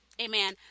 amen